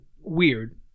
weird